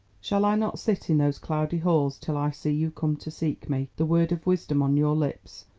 shall i not sit in those cloudy halls till i see you come to seek me, the word of wisdom on your lips?